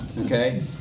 Okay